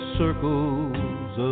circles